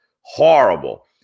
Horrible